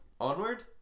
Onward